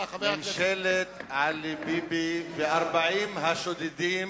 ממשלת עלי ביבי ו-40 השודדים,